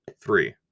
three